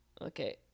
Okay